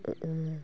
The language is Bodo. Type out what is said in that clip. ओ